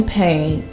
pain